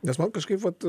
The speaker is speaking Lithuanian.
nes man kažkaip vat